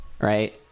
right